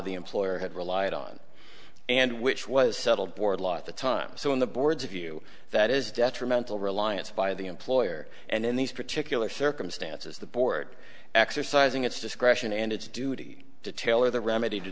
the employer had relied on and which was settled board law at the time so on the boards of you that is detrimental reliance by the employer and in these particular circumstances the board exercising its discretion and its duty to tailor the remedy to